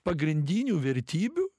pagrindinių vertybių